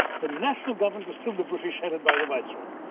the national government was still the british headed by the viceroy.